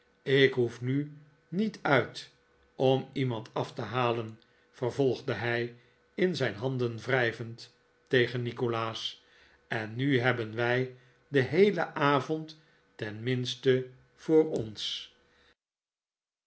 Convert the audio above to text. ik hoef nu niet uit om iemand af te halen vervolgde hij in zijn handen wrijvend tegen nikolaas en nu hebben wij den heelen avond tenminste voor ons